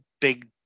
big